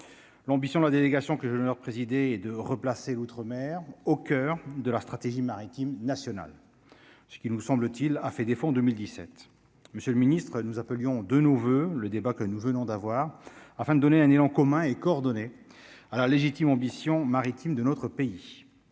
l'ambition de la délégation que je leur présider et de replacer l'outre-mer au coeur de la stratégie maritime national ce qui me semble-t-il, a fait défaut en 2017 Monsieur le Ministre, nous appelions de nos voeux le débat que nous venons d'avoir enfin de donner un élan commun et coordonnée à la légitime ambition maritime de notre pays,